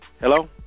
Hello